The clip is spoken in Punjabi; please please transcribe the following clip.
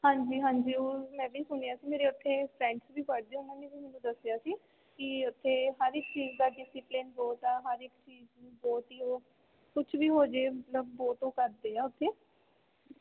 ਹਾਂਜੀ ਹਾਂਜੀ ਉਹ ਮੈਂ ਵੀ ਸੁਣਿਆ ਸੀ ਮੇਰੇ ਉੱਥੇ ਫਰੈਂਡਸ ਵੀ ਪੜ੍ਹਦੇ ਉਨ੍ਹਾਂ ਨੇ ਵੀ ਮੈਨੂੰ ਦੱਸਿਆ ਸੀ ਕਿ ਉੱਥੇ ਹਰ ਇੱਕ ਚੀਜ਼ ਦਾ ਡਿਸਿਪਲੇਨ ਬਹੁਤ ਆ ਹਰ ਇੱਕ ਚੀਜ਼ ਬਹੁਤ ਹੀ ਉਹ ਕੁਛ ਵੀ ਹੋ ਜਾਏ ਮਤਲਬ ਬਹੁਤ ਓ ਕਰਦੇ ਆ ਉੱਥੇ